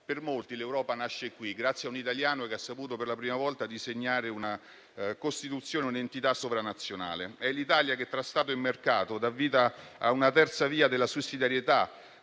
Per molti l'Europa nasce qui, grazie a un italiano che ha saputo per la prima volta disegnare un'entità sovranazionale. È l'Italia che tra Stato e mercato dà vita a una terza via della sussidiarietà,